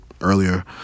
earlier